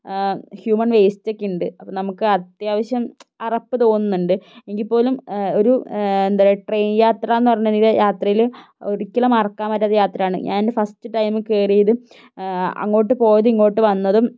human waste ഒക്കെ ഉണ്ട് അപ്പോൾ നമുക്ക് അത്യാവശ്യം അറപ്പ് തോന്നുന്നുണ്ട് എങ്കിൽപ്പോലും ഒരു എന്താ പറയുക ട്രെയിൻ യാത്ര എന്ന് പറഞ്ഞ് യാത്രയിൽ ഒരിക്കലും മറക്കാൻ പറ്റാത്ത യാത്രയാണ് ഞാൻ എന്റെ ഫസ്റ്റ് ടൈമിൽ കേറിയതും അങ്ങോട്ട് പോയതും ഇങ്ങോട്ട് വന്നതും